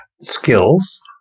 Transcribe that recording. skills